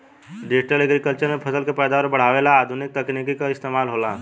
digital agriculture में फसल के पैदावार बढ़ावे ला आधुनिक तकनीक के इस्तमाल होला